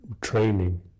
training